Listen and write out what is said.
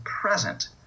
present